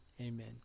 amen